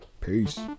Peace